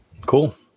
Cool